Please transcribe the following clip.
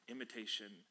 Imitation